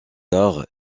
tard